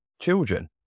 children